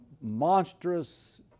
monstrous